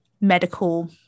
medical